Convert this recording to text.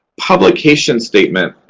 publication statement.